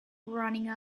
running